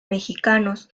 mexicanos